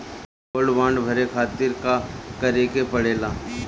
Gold bond भरे खातिर का करेके पड़ेला?